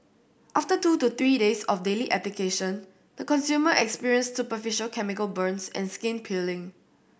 after two to three days of daily application the consumer experienced superficial chemical burns and skin peeling